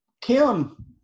Kim